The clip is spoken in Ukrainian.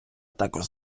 також